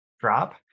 drop